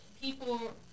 People